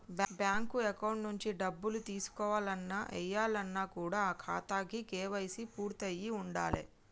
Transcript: bank account నుంచి డబ్బులు తీసుకోవాలన్న, ఏయాలన్న కూడా ఆ ఖాతాకి కేవైసీ పూర్తయ్యి ఉండాలే